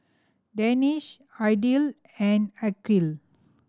Danish Aidil and Aqil